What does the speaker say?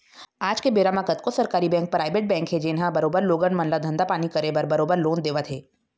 आज के बेरा म कतको सरकारी बेंक, पराइवेट बेंक हे जेनहा बरोबर लोगन मन ल धंधा पानी करे बर बरोबर लोन देवत हे